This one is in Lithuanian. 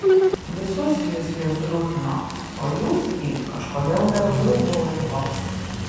visus jis jus duchino o jūs jį kažkodėl geru draugu laikot